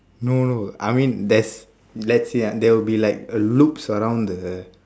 no no I mean there's let's say ah there will be like a loops around the